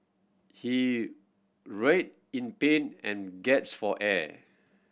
he writhed in pain and gasped for air